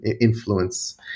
influence